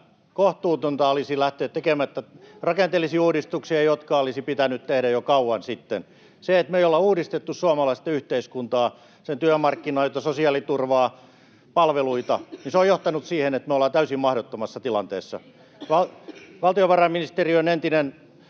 Kohtuutonta olisi olla tekemättä rakenteellisia uudistuksia, jotka olisi pitänyt tehdä jo kauan sitten. Se, että me ei olla uudistettu suomalaista yhteiskuntaa, sen työmarkkinoita, sosiaaliturvaa, palveluita, on johtanut siihen, että me ollaan täysin mahdottomassa tilanteessa. [Anna Kontulan